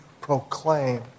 proclaim